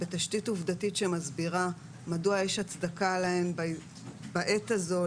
בתשתית עובדתית שמסבירה מדוע יש הצדקה להן בעת הזו,